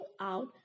out